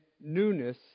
newness